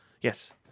Yes